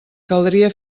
caldria